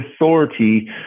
authority